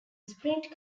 sprint